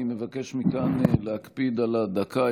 אני מבקש מכאן להקפיד על הדקה.